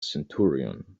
centurion